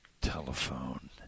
telephone